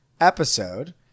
episode